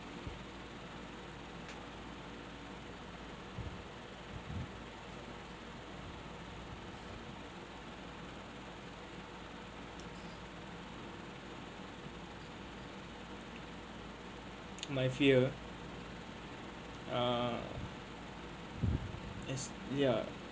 my fear uh that's ya